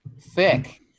thick